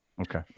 Okay